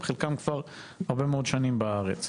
חלקם כבר הרבה מאוד שנים בארץ.